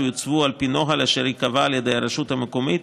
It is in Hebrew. שיוצבו על פי נוהל אשר ייקבע על ידי הרשות המקומית,